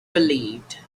relieved